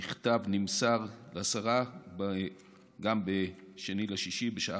המכתב נמסר לשרה גם כן ב-2 ביוני בשעה